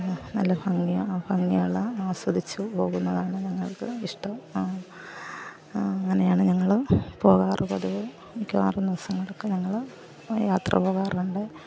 നല്ല ഭംഗിയാ ഭങ്ങിയുള്ള ആസ്വദിച്ച് പോകുന്നതാണ് ഞങ്ങൾക്ക് ഇഷ്ടം അങ്ങനെയാണ് ഞങ്ങൾ പോകാറ് പതിവ് മിക്കവാറും ദിവസങ്ങളക്കെ ഞങ്ങൾ യാത്ര പോകാറുണ്ട്